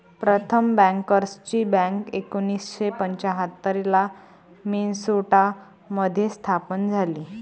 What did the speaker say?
प्रथम बँकर्सची बँक एकोणीसशे पंच्याहत्तर ला मिन्सोटा मध्ये स्थापन झाली